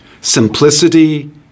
Simplicity